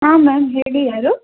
ಹಾಂ ಮ್ಯಾಮ್ ಹೇಳಿ ಯಾರು